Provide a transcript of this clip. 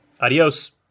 Adios